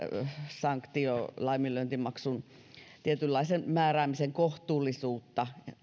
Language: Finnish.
sanktiolaiminlyöntimaksun määräämisen kohtuullisuutta